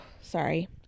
sorry